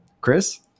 Chris